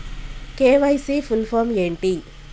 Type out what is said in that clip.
KYC full form ఏంటి?